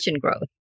growth